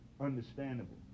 understandable